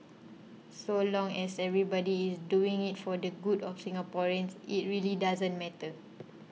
so long as everybody is doing it for the good of Singaporeans it really doesn't matter